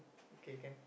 okay can